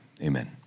Amen